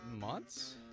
months